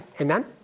Amen